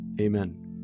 Amen